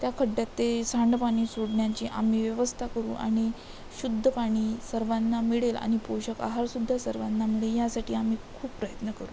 त्या खड्ड्यात ते सांडपाणी सोडण्याची आम्ही व्यवस्था करू आणि शुद्ध पाणी सर्वांना मिळेल आणि पोषक आहारसुद्धा सर्वांना मिळेल यासाठी आम्ही खूप प्रयत्न करू